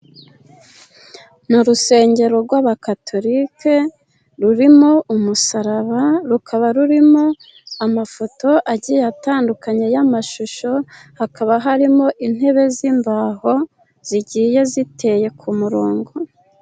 Ni urusengero rw'abakatorike rurimo umusaraba, rukaba rurimo amafoto agiye atandukanye y'amashusho, hakaba harimo intebe z'imbaho zigiye ziteye ku murongo.